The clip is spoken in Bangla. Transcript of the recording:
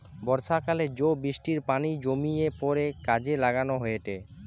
বর্ষাকালে জো বৃষ্টির পানি জমিয়ে পরে কাজে লাগানো হয়েটে